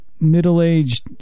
middle-aged